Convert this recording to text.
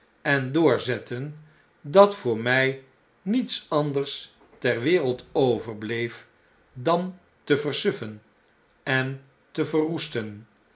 en doorzetten dat voor mh niets anders ter wereld overbleef dan te versuffen en te verroesten